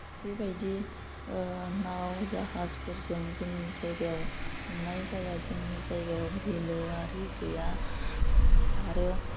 बेबादि नाव जाहाजफोरजों जोंनि जायगायाव हमनाय जाया जोंनि जायगायाव बिलो आरि गैया आरो